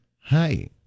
Hi